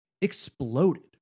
exploded